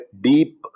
deep